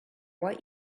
what